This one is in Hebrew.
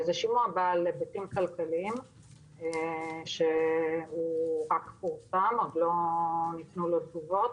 זה שימוע בעל היבטים כלכליים שרק פורסם אבל לא ניתנו תשובות.